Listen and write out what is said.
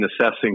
assessing